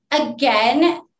Again